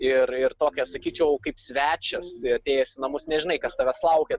ir ir tokią sakyčiau kaip svečias atėjęs į namus nežinai kas tavęs laukia